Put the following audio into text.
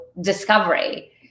discovery